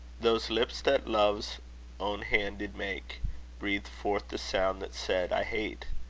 those lips that love's own hand did make breathed forth the sound that said, i hate,